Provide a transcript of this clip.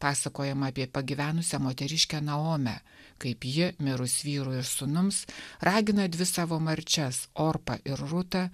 pasakojama apie pagyvenusią moteriškę naomę kaip ji mirus vyrui ir sūnums ragina dvi savo marčias orpą ir rūtą